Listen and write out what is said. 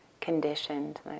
conditioned